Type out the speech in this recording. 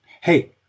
Hey